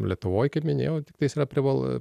lietuvoj kaip minėjau tiktais yra prival